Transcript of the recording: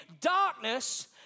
darkness